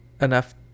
enough